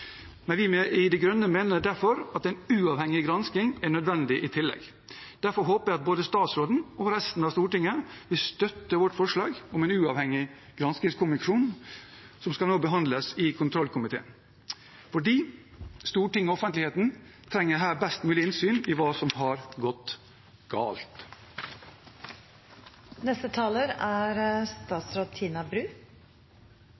Vi i De grønne mener derfor at en uavhengig gransking er nødvendig i tillegg. Derfor håper jeg både statsråden og resten av Stortinget vil støtte vårt forslag om en uavhengig granskingskommisjon, som skal behandles i kontrollkomiteen. Stortinget og offentligheten trenger her best mulig innsyn i hva som har gått